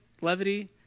Levity